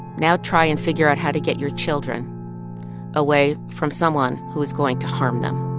now try and figure out how to get your children away from someone who is going to harm them.